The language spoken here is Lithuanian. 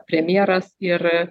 premjeras ir